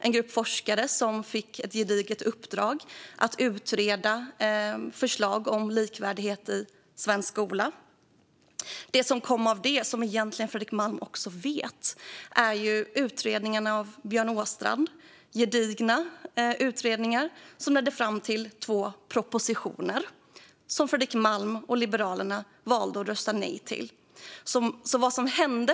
En grupp forskare fick ett gediget uppdrag om att utreda förslag om likvärdighet i svensk skola. Det som kom ut av det, vilket Fredrik Malm egentligen vet, var Björn Åstrands gedigna utredning, som ledde till två propositioner. Dem valde Fredrik Malm och Liberalerna att rösta nej till.